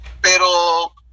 Pero